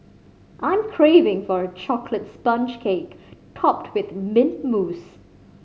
I'm craving for a chocolate sponge cake topped with mint mousse